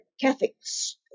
Catholics